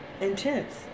intense